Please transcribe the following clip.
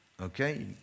okay